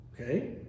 Okay